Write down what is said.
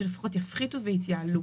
שלפחות שיפחיתו ויתייעלו.